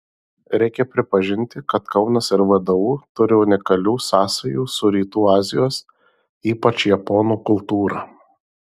reikia pripažinti kad kaunas ir vdu turi unikalių sąsajų su rytų azijos ypač japonų kultūra